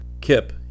Kip